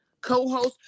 co-host